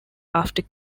after